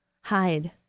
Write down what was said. hide